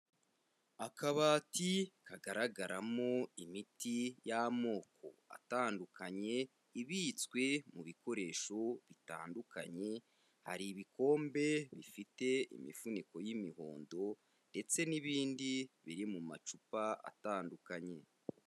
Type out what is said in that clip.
Akabati kagaragaramo imiti y'amoko atandukanye ibitswe mu bikoresho bitandukanye hari ibikombe bifite imifuniko y'imihondo ndetse n'ibindi biri mu macupa atandukanye.